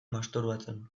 masturbatzen